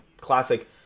classic